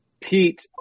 Pete